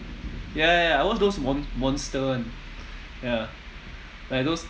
ya ya ya I watch those mon~ monster one ya like those